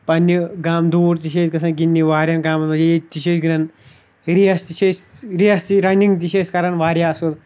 پَنٛنہِ گام دوٗر تہِ چھِ أسۍ گَژھان گِنٛدنہِ وارِیاہَن گامَن منٛز ییٚتہِ تہِ چھِ أسۍ گِنٛدان ریس تہِ چھِ أسۍ ریس تہِ رَنِنٛگ تہِ چھِ أسۍ کَران واریاہ اَصٕل